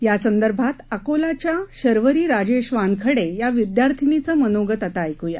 यासंदर्भात अकोलाच्या शर्वरी राजेश वानखडे या विद्यार्थीनीचं मनोगत आता ऐकूया